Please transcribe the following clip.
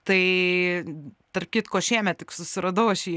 tai tarp kitko šiemet tik susiradau aš jį